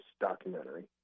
documentary